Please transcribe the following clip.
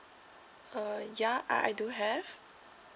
uh ya I I do have